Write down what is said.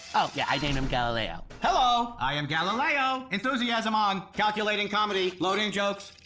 oh, yeah. i named him galileo. hello, i am galileo. enthusiasm on. calculating comedy. loading jokes.